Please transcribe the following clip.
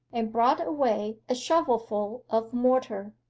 and brought away a shovelful of mortar.